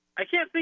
i can think